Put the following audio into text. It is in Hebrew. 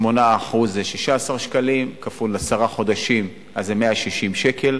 8% זה 16 שקלים, כפול עשרה חודשים זה 160 שקל.